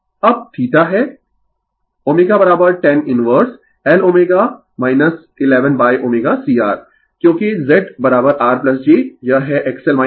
Refer slide Time 2249 अब θ है wtan inverse Lω 11ωCR क्योंकि ZR j यह है XL XC